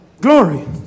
glory